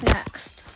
Next